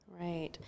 Right